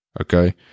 Okay